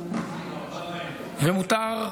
ומותר,